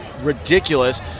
ridiculous